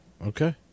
Okay